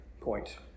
point